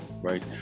right